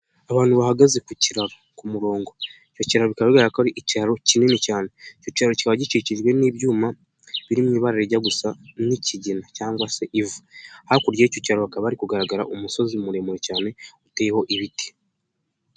Abantu bahagaze ku kiraro ku murongo, icyo kiraro bikaba bigaragara ko ari icyararo kinini cyane icyo kiraro kiba gikikijwe n'ibyuma biri mu ibara rijya gusa nk'ikigina cyangwa se ivu, hakurya'icyo kiraro hakaba hari kugaragara umusozi muremure cyane uteyeho ibiti.